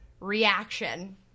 reaction